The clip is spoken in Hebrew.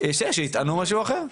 יש כאלה שיטענו משהו אחר.